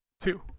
Two